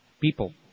People